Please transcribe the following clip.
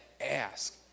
ask